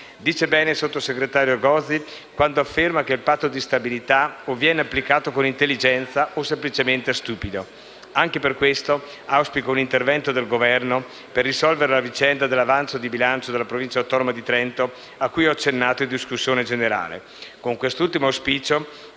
Dice bene il sottosegretario Gozi quando afferma che il Patto di stabilità o viene applicato con intelligenza o semplicemente è stupido. Anche per questo, auspico un intervento del Governo per risolvere la vicenda dell'avanzo di bilancio della Provincia autonoma di Trento, cui ho accennato in discussione generale.